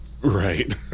Right